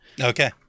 Okay